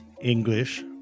English